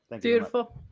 Beautiful